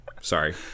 Sorry